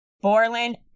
Borland